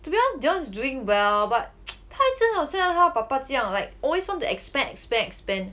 the be honest dion's doing well but 他一直好像他 papa 这样 like always want to expand expand expand